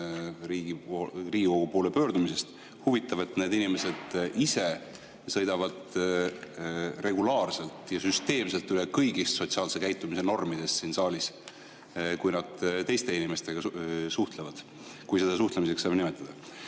esindaja Riigikogu poole pöördumisest. Huvitav, et need inimesed ise sõidavad regulaarselt ja süsteemselt üle kõigist sotsiaalse käitumise normidest siin saalis, kui nad teiste inimestega suhtlevad, kui seda suhtlemiseks saab nimetada.